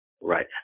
Right